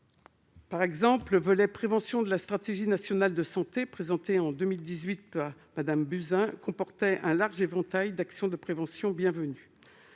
Par exemple, le volet « prévention » de la stratégie nationale de santé présentée en 2018 par Mme Buzyn comportait un large éventail d'actions de prévention bienvenues.